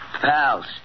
Pals